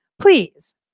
Please